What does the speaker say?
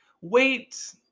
wait